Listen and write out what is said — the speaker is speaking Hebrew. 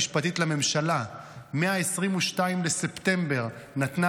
שהיועצת המשפטית לממשלה מ-22 לספטמבר נתנה